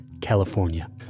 California